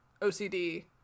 OCD